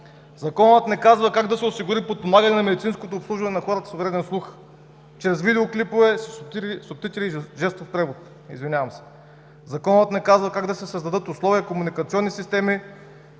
Законът не казва как да се осигури подпомагане на медицинското обслужване на хората с увреден слух чрез видеоклипове, субтитри и жестов превод. Законът не казва как да се създадат условия, комуникационните системи